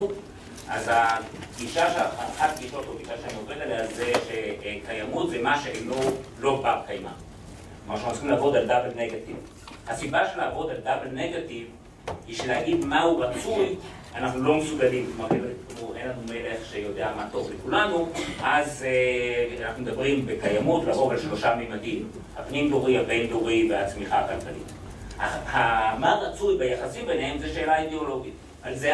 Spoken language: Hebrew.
‫אז הגישה אחת הגישות שאני עובד עליה, ‫זה שקיימות זה משהו ‫אם לא בר קיימא. ‫כלומר, אנחנו צריכים לעבוד ‫על דאבל נגטיב. ‫הסיבה של לעבוד על דאבל נגטיב ‫היא שלהגיד מה הוא רצוי, ‫אנחנו לא מסוגלים, כלומר, ‫אין לנו מלך שיודע מה טוב לכולנו, ‫אז אנחנו מדברים בקיימות, ‫לרוב על שלושה מימדים, ‫הפנים-דורי, הבין-דורי ‫והצמיחה הכלכלית. ‫מה רצוי ביחסים ביניהם ‫זו שאלה אידיאולוגית.